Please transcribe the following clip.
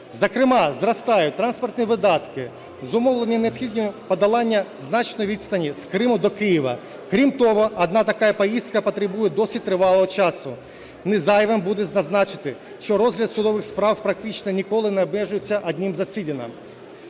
Зокрема зростають транспортні видатки, зумовлені необхідністю подолання значної відстані з Криму до Києва. Крім того, одна така поїздка потребує досить тривалого часу. Не зайвим буде зазначити, що розгляд судових справ практично ніколи не обмежується одним засіданням.